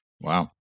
Wow